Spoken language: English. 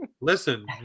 Listen